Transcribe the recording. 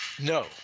No